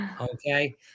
okay